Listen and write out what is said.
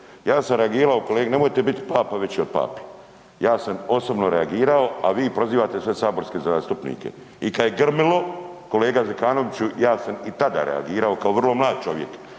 Ja sam reagirao, kolega, nemojte biti papa veći od pape. Ja sam osobno reagirao a vi prozivate sve saborske zastupnike. I kad je grmilo, kolega Zekanoviću, ja sam i tada reagirao kao vrlo mlad čovjek